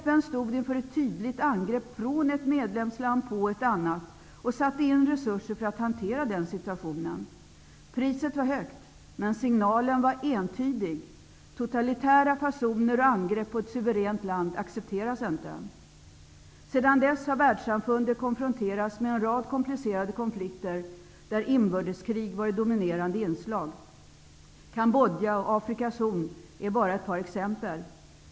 FN stod inför ett tydligt angrepp från ett medlemsland på ett annat och satte in resurser för att hantera den situationen. Priset var högt, men signalen var entydig -- totalitära fasoner och angrepp på ett suveränt land accepteras inte. Sedan dess har världssamfundet konfronterats med en rad komplicerade konflikter, där inbördeskrig varit dominerande inslag. Kambodja och Afrikas horn är bara ett par exempel.